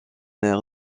aire